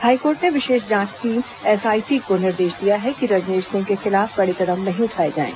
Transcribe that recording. high court ने विशेष जांच टीम एसआईटी को निर्देश दिया है कि रजनेश सिंह के खिलाफ कड़े कदम नहीं उठाए जाएं